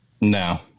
no